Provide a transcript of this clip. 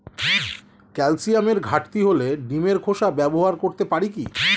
ক্যালসিয়ামের ঘাটতি হলে ডিমের খোসা ব্যবহার করতে পারি কি?